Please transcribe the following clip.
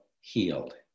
healed